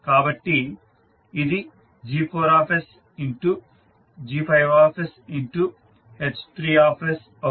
కాబట్టి ఇది G4sG5sH3s అవుతుంది